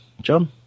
John